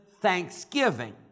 thanksgiving